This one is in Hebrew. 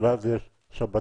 ואז יש שבתות,